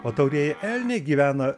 o taurieji elniai gyvena